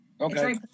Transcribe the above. Okay